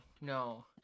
No